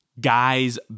Guy's